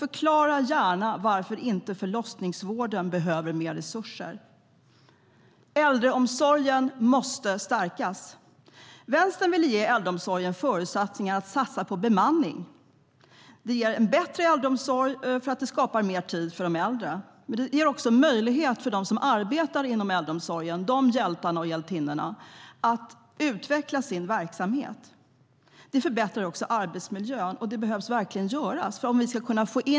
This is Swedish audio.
Förklara gärna varför förlossningsvården inte behöver mer resurser. Äldreomsorgen måste stärkas. Vänstern ville ge äldreomsorgen förutsättningar att satsa på bemanning. Det ger en bättre äldreomsorg för att det skapar mer tid för de äldre. Det ger också hjältarna och hjältinnorna som arbetar inom äldreomsorgen möjlighet att utveckla sin verksamhet. Det förbättrar också arbetsmiljön, och det behöver verkligen göras.